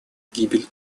гибель